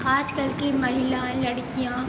आजकल की महिलाएँ लड़कियां